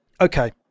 okay